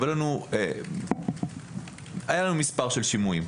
היה לנו מספר כזה של שימועים,